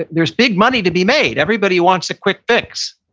there's big money to be made. everybody wants a quick fix.